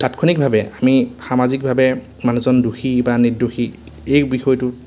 তাৎক্ষণিকভাৱে আমি সামাজিকভাৱে মানুহজন দোষী বা নিৰ্দোষী এই বিষয়টো